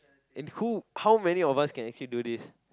and who how many of us can actually do this